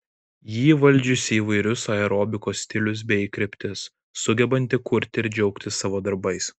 ji įvaldžiusi įvairius aerobikos stilius bei kryptis sugebanti kurti ir džiaugtis savo darbais